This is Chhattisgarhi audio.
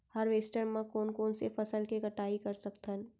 हारवेस्टर म कोन कोन से फसल के कटाई कर सकथन?